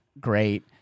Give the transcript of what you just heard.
great